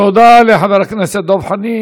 תודה לחבר הכנסת דב חנין.